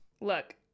Look